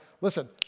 listen